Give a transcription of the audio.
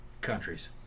countries